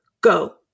go